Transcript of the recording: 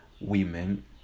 women